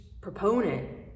proponent